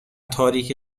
تاریک